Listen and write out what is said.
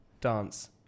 dance